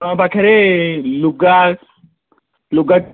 ତୁମ ପାଖରେ ଲୁଗା ଲୁଗା